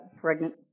pregnant